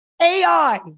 AI